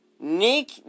Nick